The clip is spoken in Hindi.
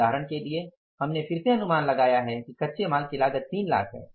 उदाहरण के लिए हमने फिर से अनुमान लगाया है कि कच्चे माल की लागत 3 लाख है